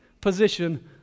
position